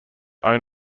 own